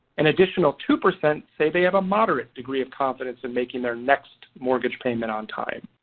an additional two percent say they have a moderate degree of confidence in making their next mortgage payment on time.